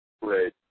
Great